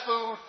food